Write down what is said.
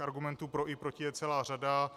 Argumentů pro i proti je celá řada.